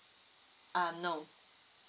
um no